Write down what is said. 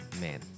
Man